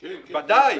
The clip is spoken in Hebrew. ודאי.